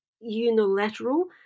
unilateral